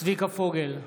צביקה פוגל,